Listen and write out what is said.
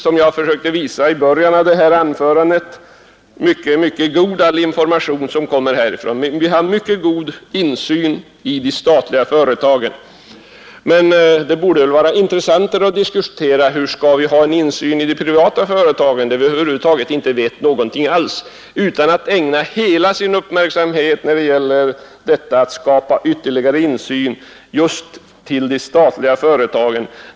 Som jag försökte påvisa i början av mitt anförande är all information från de statliga företagen mycket god. Vi har också mycket stor insyn i de statliga företagen. Det vore intressantare att diskutera hur vi skall få insyn i de privata företagen. Varför ägnar man all uppmärksamhet åt frågan att försöka skapa ytterligare insyn i de statliga företagen?